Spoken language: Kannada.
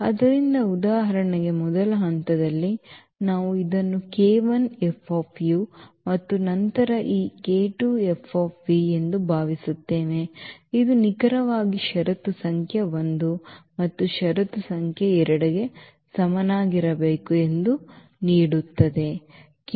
ಆದ್ದರಿಂದ ಉದಾಹರಣೆಗೆ ಮೊದಲ ಹಂತದಲ್ಲಿ ನಾವು ಇದನ್ನು ಮತ್ತು ನಂತರ ಈ ಎಂದು ಭಾವಿಸುತ್ತೇವೆ ಇದು ನಿಖರವಾಗಿ ಷರತ್ತು ಸಂಖ್ಯೆ 1 ಮತ್ತು ಷರತ್ತು ಸಂಖ್ಯೆ 2 ಗೆ ಸಮನಾಗಿರಬೇಕು ಎಂದು ನೀಡುತ್ತದೆ